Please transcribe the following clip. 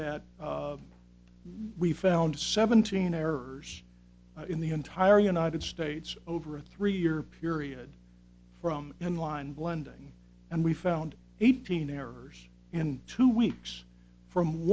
that we found seventeen errors in the entire united states over a three year period from inline blending and we found eighteen errors in two weeks from